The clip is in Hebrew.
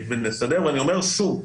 אני אומר שוב,